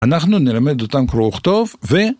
אנחנו נלמד אותם קרוא וכתוב ו...